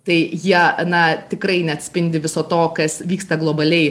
tai jie na tikrai neatspindi viso to kas vyksta globaliai